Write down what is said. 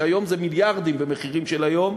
והיום זה מיליארדים, במחירים של היום,